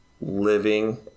living